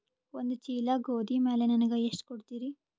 ಒಂದ ಚೀಲ ಗೋಧಿ ಮ್ಯಾಲ ನನಗ ಎಷ್ಟ ಕೊಡತೀರಿ?